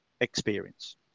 experience